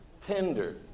tender